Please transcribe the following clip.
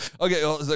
Okay